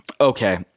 okay